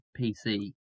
PC